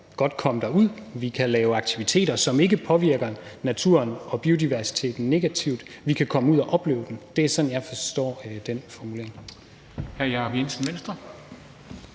godt komme derud; vi kan lave aktiviteter, som ikke påvirker naturen og biodiversiteten negativt; vi kan komme ud at opleve den. Det er sådan, jeg forstår den formulering. Kl. 16:03 Formanden (Henrik